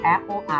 Apple